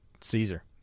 Caesar